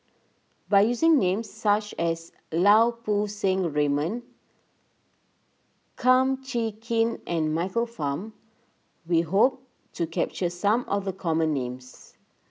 by using names such as Lau Poo Seng Raymond Kum Chee Kin and Michael Fam we hope to capture some of the common names